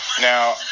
Now